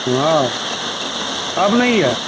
हाँ अब नहीं है